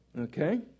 Okay